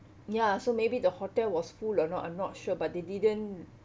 ya so maybe the hotel was full or not I'm not sure but they didn't